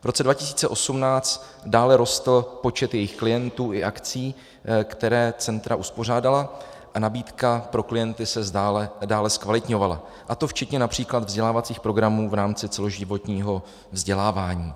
V roce 2018 dále rostl počet jejich klientů i akcí, které centra uspořádala, a nabídka pro klienty se dále zkvalitňovala, a to včetně například vzdělávacích programů v rámci celoživotního vzdělávání.